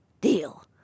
Deal